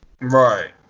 right